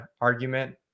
argument